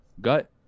gut